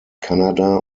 kanada